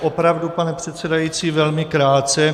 Opravdu, pane předsedající, velmi krátce.